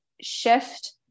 shift